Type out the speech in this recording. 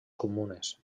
comunes